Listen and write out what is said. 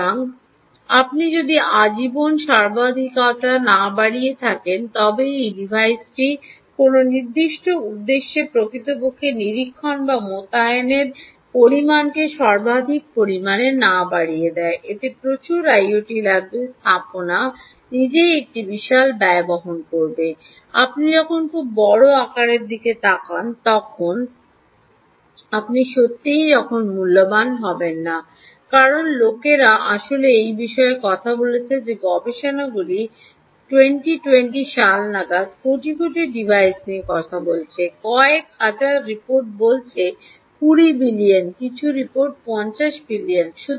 সুতরাং আপনি যদি আজীবন সর্বাধিকতা না বাড়িয়ে থাকেন তবে এই ডিভাইসটি কোনও নির্দিষ্ট উদ্দেশ্যে প্রকৃতপক্ষে নিরীক্ষণ বা মোতায়েনের পরিমাণকে সর্বাধিক পরিমাণে না বাড়িয়ে দেয় এতে প্রচুর আইওটি লাগবে স্থাপনা নিজেই একটি বিশাল ব্যয় বহন করবে আপনি যখন খুব বড় আকারের দিকে তাকান যখন আপনি সত্যিই যখন মূল্যবান হবেন না কারণ লোকেরা আসলে এই বিষয়ে কথা বলছে যে গবেষণাগুলি ২০২০ সাল নাগাদ কোটি কোটি ডিভাইস নিয়ে কথা বলেছে কয়েক হাজার রিপোর্ট বলেছে ২০ বিলিয়ন কিছু রিপোর্ট বলেছে ৫০ বিলিয়ন